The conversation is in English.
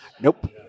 Nope